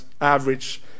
average